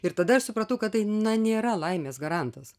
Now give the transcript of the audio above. ir tada aš supratau kad tai na nėra laimės garantas